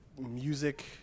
music